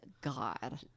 God